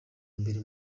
mbere